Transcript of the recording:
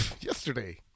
Yesterday